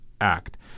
act